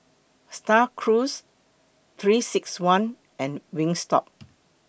STAR Cruise three six one and Wingstop